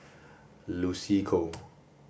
Lucy Koh